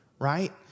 right